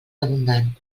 abundant